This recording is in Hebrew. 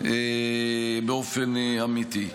באופן אמיתי.